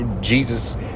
Jesus